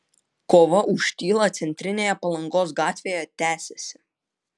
kova už tylą centrinėje palangos gatvėje tęsiasi